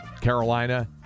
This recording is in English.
Carolina